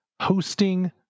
hosting